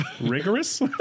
Rigorous